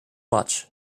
much